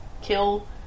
Kill